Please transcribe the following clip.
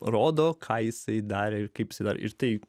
rodo ką jisai darė ir kaip sveria ir tai